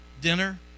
dinner